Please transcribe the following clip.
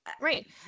right